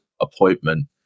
appointment